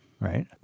Right